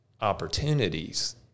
opportunities